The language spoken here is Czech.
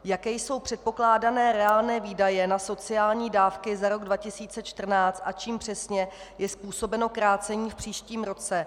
Jaké jsou předpokládané reálné výdaje na sociální dávky za rok 2014 a čím přesně je způsobeno krácení v příštím roce?